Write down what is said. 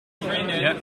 begrijpen